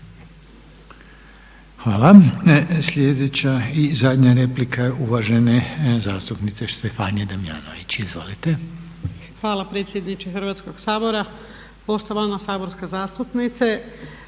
Hvala. Sljedeća i zadnja replika je uvažene zastupnice Štefanije Damjanović, izvolite. **Damjanović, Štefanija (HNS)** Hvala predsjedniče Hrvatskog sabora. Poštovana saborska zastupnice